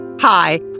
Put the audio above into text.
Hi